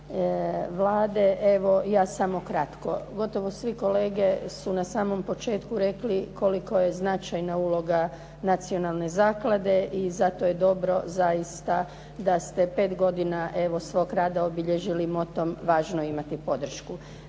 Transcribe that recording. Vlade. Evo ja samo kratko. Gotovo svi kolega na samom početku rekli koliko je značajna uloga Nacionalne zaklade i zato je dobro zaista da ste 5 godina evo svog rada obilježili motom "Važno je imati podršku".